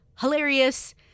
hilarious